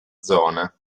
zona